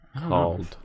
Called